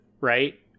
right